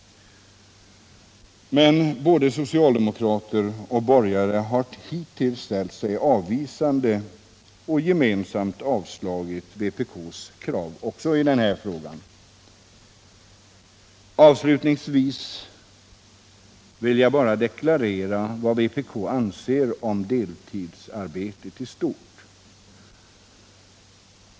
Men både socialdemokrater och borgare har hittills ställt sig avvisande och gemensamt avslagit vpk:s krav också i denna fråga. Avslutningsvis vill jag bara deklarera vad vpk anser om deltidsarbetet i stort.